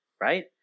right